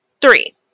Three